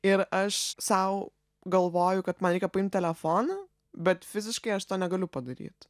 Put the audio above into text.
ir aš sau galvoju kad man reikia paimt telefoną bet fiziškai aš to negaliu padaryt